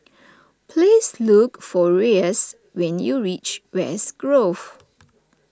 please look for Reyes when you reach West Grove